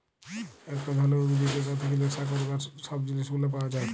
একট ধরলের উদ্ভিদ যেটর থেক্যে লেসা ক্যরবার সব জিলিস গুলা পাওয়া যায়